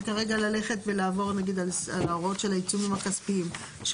וכרגע ללכת ולעבור נגיד על ההוראות של העיצומים הכספיים.